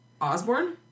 Osborne